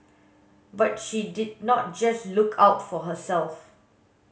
but she did not just look out for herself